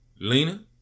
Lena